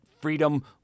freedom